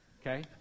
Okay